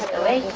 away.